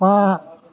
बा